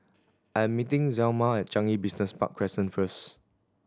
I'm meeting Zelma at Changi Business Park Crescent first